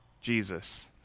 Jesus